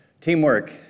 Teamwork